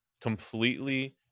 completely